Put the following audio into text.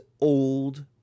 old